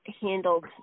handled